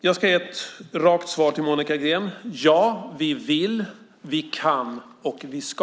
Jag ska ge ett rakt svar till Monica Green: Ja, vi vill, vi kan och vi ska.